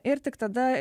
ir tik tada